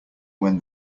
when